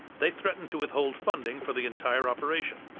they threatened to withhold funding for the entire operation.